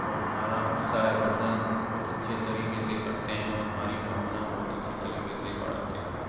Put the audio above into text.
और हमारा उत्साहवर्धन बहुत अच्छे तरीके से करते हैं और हमारी भावना बहुत अच्छी तरीके से बढ़ाते हैं